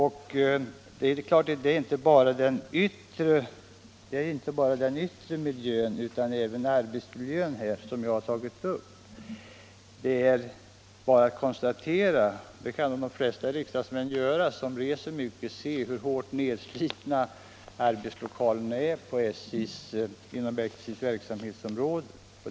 Men det gäller inte bara den yttre miljön utan även arbetsmiljön, som jag har tagit upp. De flesta riksdagsmän som reser mycket kan se hur hårt nedslitna arbetslokalerna är inom SJ:s verksamhetsområde.